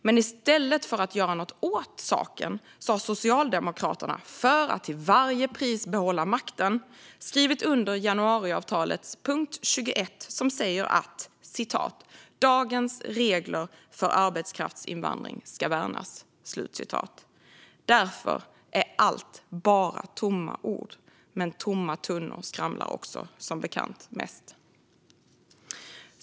Men i stället för att göra något åt saken har Socialdemokraterna, för att till varje pris behålla makten, skrivit under januariavtalets punkt 21, som säger att "dagens regler för arbetskraftsinvandring ska värnas". Därför är allt bara tomma ord, men tomma tunnor skramlar som bekant mest.